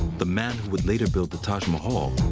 the man who would later build the taj mahal,